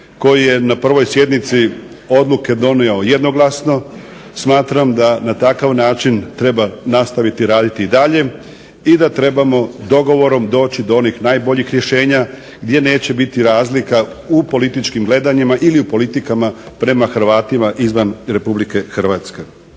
koji je na prvoj sjednici odluke donio jednoglasno smatram da na takav način treba nastaviti raditi i dalje i da trebamo dogovorom doći do onih najboljih rješenja gdje neće biti razlika u političkim gledanjima ili u politikama prema Hrvatima izvan Republike Hrvatske.